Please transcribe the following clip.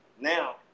Now